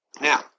Now